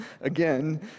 again